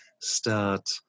start